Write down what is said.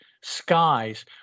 skies